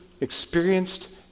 experienced